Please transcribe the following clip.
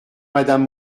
madame